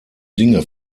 dinge